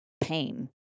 pain